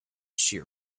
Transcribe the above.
shear